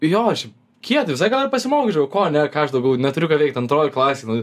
jo šiai kietai visai gal ir pasimokyčiau ko ne ką aš daugiau neturiu ką veikt antroj klasėj nu